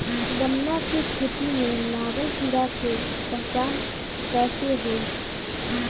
गन्ना के खेती में लागल कीड़ा के पहचान कैसे होयी?